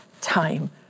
time